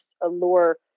allure